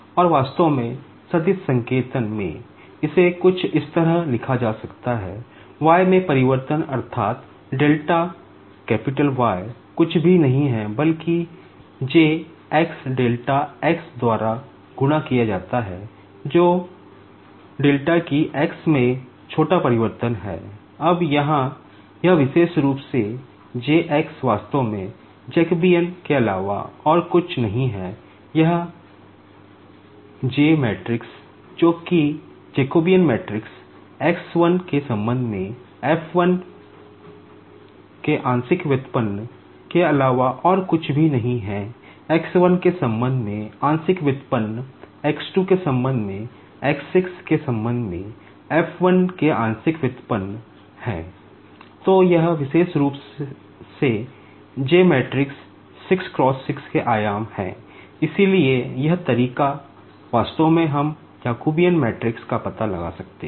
और वास्तव में सदिश संकेतन का पता लगा सकते हैं